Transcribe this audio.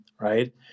right